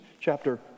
chapter